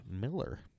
Miller